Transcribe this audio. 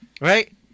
Right